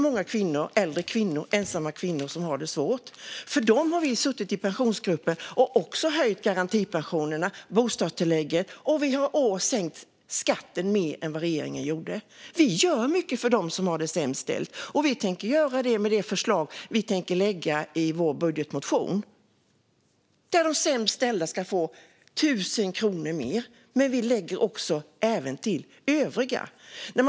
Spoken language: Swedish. Många äldre, ensamstående kvinnor har det svårt. Moderaterna i Pensionsgruppen har därför höjt garantipensionen och bostadstillägget och sänkt skatten mer än regeringen. Vi gör mycket för dem, och vi tänker fortsätta att göra det med förslaget i vår budgetmotion. De sämst ställda ska få 1 000 kronor mer, men även övriga ska få mer.